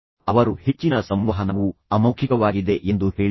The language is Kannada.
ಅವರು ಹೆಚ್ಚಿನ ಸಂವಹನವು ಅಮೌಖಿಕವಾಗಿದೆ ಎಂದು ಹೇಳಿದರು